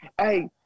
hey